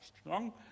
strong